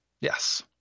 Yes